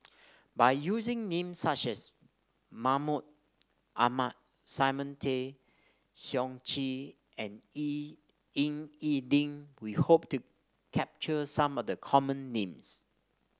by using names such as Mahmud Ahmad Simon Tay Seong Chee and E Ying E Ding we hope to capture some of the common names